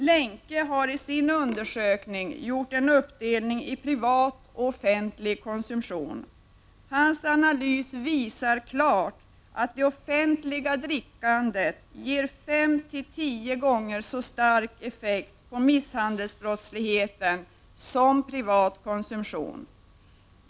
Lenke har i sin undersökning gjort en uppdelning mellan privat och offentlig konsumtion. Hans analys visar klart att det offentliga drickandet ger femtio gånger så stark effekt på misshandelsbrottsligheten som privat konsumtion.